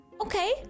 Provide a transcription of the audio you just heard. Okay